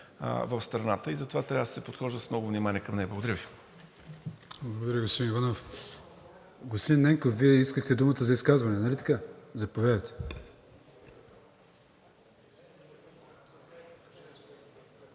в страната и затова трябва да се подхожда с много внимание към нея. Благодаря Ви.